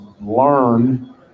learn